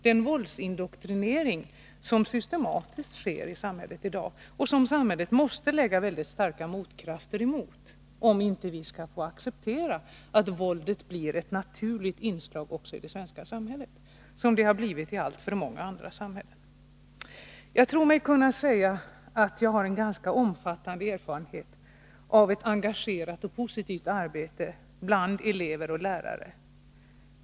Den våldsindoktrinering som systematiskt sker i dag måste samhället med kraft motarbeta, om vi inte skall tvingas acceptera att våldet blir ett naturligt inslag också i det svenska samhället, på samma sätt som det har blivit det i alltför många andra samhällen. Jag tror mig kunna säga att jag har en ganska omfattande erfarenhet av ett engagerat och positivt arbete bland elever och lärare.